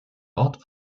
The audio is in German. ort